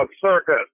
circus